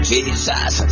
Jesus